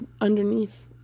underneath